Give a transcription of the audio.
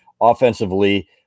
Offensively